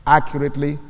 Accurately